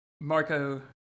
Marco